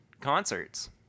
concerts